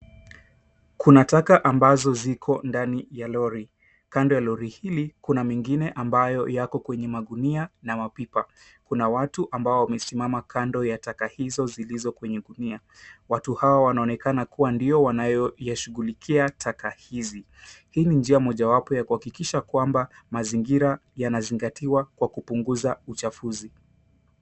Kuna taka ambazo ziko ndani ya lori. Kando ya lori hili, kuna mengine ambayo yako kwenye magunia na mapipa. Kuna watu ambao wamesimama kando ya taka hizo zilizo kwenye gunia. Watu hao wanaonekana kuwa ndio wanayoyashughulikia taka hizi. Hii ni njia mojawapo ya kuhakikisha kwamba mazingira yanazingatiwa kwa kupunguza uchafuzi.